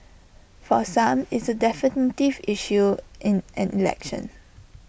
for some it's A definitive issue in an election